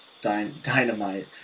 dynamite